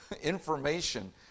Information